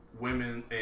women